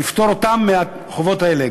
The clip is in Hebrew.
נפטור אותם מהחובות האלה,